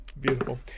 beautiful